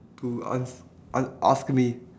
to ans~ a~ ask me